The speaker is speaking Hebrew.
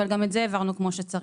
אבל גם את זה העברנו כמו שצריך.